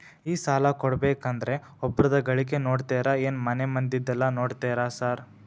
ಈ ಸಾಲ ಕೊಡ್ಬೇಕಂದ್ರೆ ಒಬ್ರದ ಗಳಿಕೆ ನೋಡ್ತೇರಾ ಏನ್ ಮನೆ ಮಂದಿದೆಲ್ಲ ನೋಡ್ತೇರಾ ಸಾರ್?